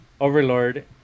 Overlord